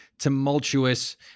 tumultuous